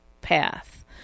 path